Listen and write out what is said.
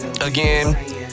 again